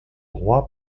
roi